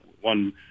One